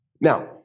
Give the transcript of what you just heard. Now